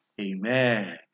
Amen